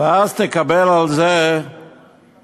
ואז תקבל על זה הנחה.